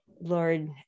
Lord